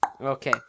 Okay